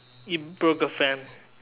you broke a fan